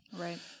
right